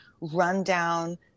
rundown